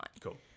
Cool